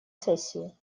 сессии